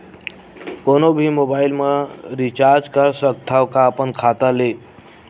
कोनो भी मोबाइल मा रिचार्ज कर सकथव का अपन खाता ले?